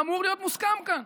אמור להיות מוסכם כאן.